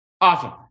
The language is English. Awesome